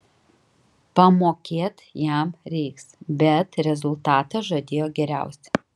pamokėt jam reiks bet rezultatą žadėjo geriausią